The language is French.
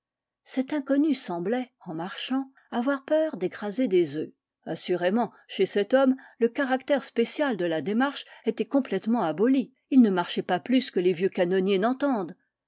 cet inconnu semblait en marchant avoir peur d'écraser des œufs assurément chez cet homme le caractère spécial de la démarche était complètement aboli il ne marchait pas plus que les vieux canonniers n'entendent